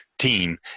team